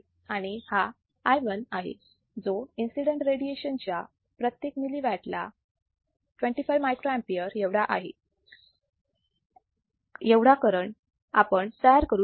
आणि हा i1 आहे जो इन्सिडेंट रेडिएशनच्या प्रत्येक मिली वाटला 25 microampere एवढा आहे एवढा करण आपण तयार करू शकतो